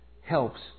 helps